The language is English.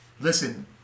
listen